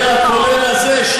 בשלב א' אני אסכים להסדר הכולל הזה.